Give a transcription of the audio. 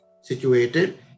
situated